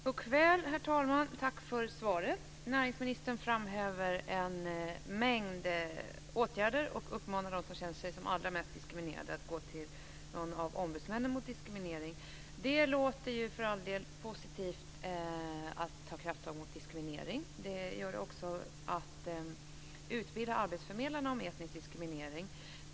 Godkväll, herr talman! Tack för svaret! Näringsministern framhäver en mängd åtgärder och uppmanar dem som känner sig allra mest diskriminerade att gå till någon av ombudsmännen mot diskriminering. Det låter för all del positivt att ta krafttag mot diskriminering, liksom att utbilda arbetsförmedlarna om etnisk diskriminering.